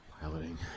Piloting